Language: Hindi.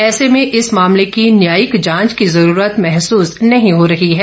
ऐसे में इस मामले की न्यायिक जांच की जरूरत महसूस नहीं हो रही है